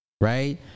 right